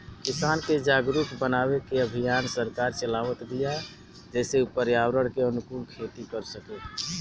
किसान के जागरुक बनावे के अभियान सरकार चलावत बिया जेसे उ पर्यावरण के अनुकूल खेती कर सकें